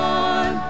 on